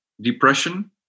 depression